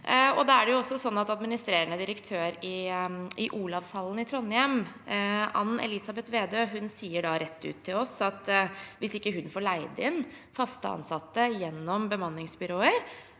Administrerende direktør i Olavshallen i Trondheim, Ann Elisabeth Wedø, sier rett ut til oss at hvis hun ikke får leid inn fast ansatte gjennom bemanningsbyråer,